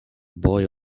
boy